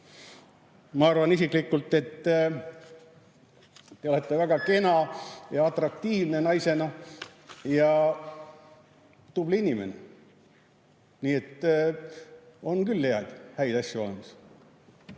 Ma arvan isiklikult, et te olete väga kena ja atraktiivne naisena ja tubli inimene. Nii et on küll häid asju olemas.